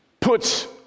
puts